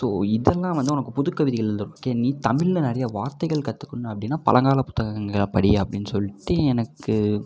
so இதெல்லாம் வந்து உனக்கு புது கவிதைகள் நீ தமிழில் நிறைய வார்த்தைகள் கற்றுக்குணும் அப்படின்னா பழங்கால புத்தகங்களை படி அப்படின்னு சொல்லிட்டு எனக்கு